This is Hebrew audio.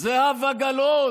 זהבה גלאון.